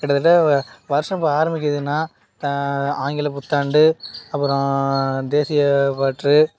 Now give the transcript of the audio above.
கிட்டத்தட்ட வருஷம் இப்போ ஆரமிக்குதுன்னா ஆங்கில புத்தாண்டு அப்புறம் தேசிய பற்று